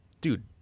Dude